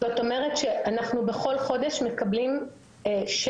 זה אומר שבכל חודש אנחנו מקבלים שמן,